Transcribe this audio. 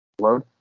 Load